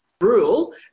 rule